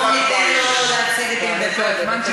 בואו ניתן לו להציג את עמדתו.